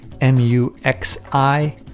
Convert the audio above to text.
M-U-X-I